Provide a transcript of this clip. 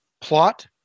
plot